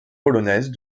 polonaises